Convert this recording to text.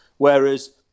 Whereas